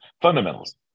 fundamentals